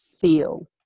feel